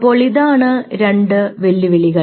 അപ്പോൾ ഇതാണ് രണ്ട് വെല്ലുവിളികൾ